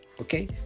okay